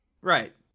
Right